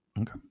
Okay